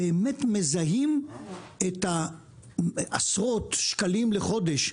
באמת מזהים את עשרות השקלים לחודש,